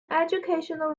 educational